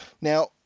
now